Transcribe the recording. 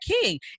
king